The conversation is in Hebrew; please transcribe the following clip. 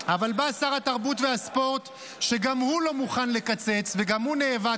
אבל בא שר התרבות והספורט שגם הוא לא מוכן לקצץ וגם הוא נאבק